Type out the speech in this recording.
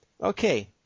Okay